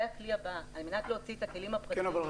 זה הכלי הבא על מנת להוציא את הכלים הפרטיים ממרכזי הערים.